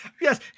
yes